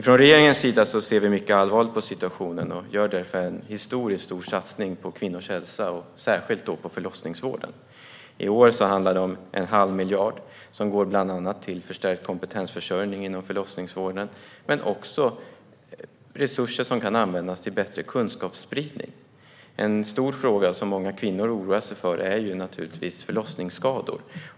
Från regeringens sida ser vi mycket allvarligt på situationen och gör därför en historiskt stor satsning på kvinnors hälsa och då särskilt på förlossningsvården. I år handlar det om en halv miljard som går till bland annat förstärkt kompetensförsörjning inom förlossningsvården men också till resurser som kan användas till bättre kunskapsspridning. En stor fråga som många kvinnor oroar sig för är förlossningsskador.